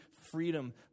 freedom